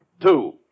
Two